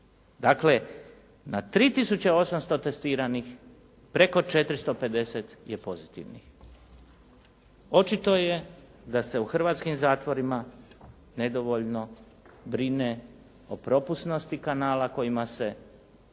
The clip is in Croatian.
Dakle na 3800 testiranih preko 450 je pozitivnih. Očito je da se u hrvatskim zatvorima nedovoljno brine o propusnosti kanala kojima se